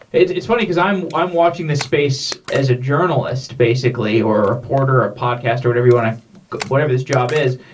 it's it's funny because i'm i'm watching the space as a journalist basically or reporter a podcast or whatever you want to whatever this job is,